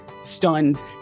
stunned